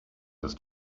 ist